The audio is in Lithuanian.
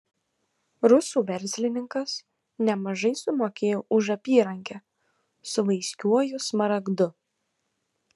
rusų verslininkas nemažai sumokėjo už apyrankę su vaiskiuoju smaragdu